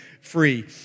free